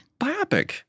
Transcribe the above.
biopic